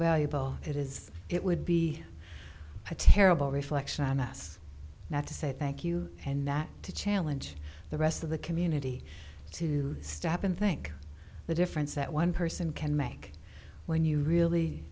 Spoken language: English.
valuable it is it would be a terrible reflection on us not to say thank you and that to challenge the rest of the community to stop and think the difference that one person can make when you really